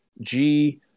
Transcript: G-